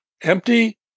empty